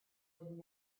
would